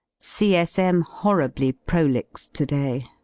c s m. horribly prolix to-day.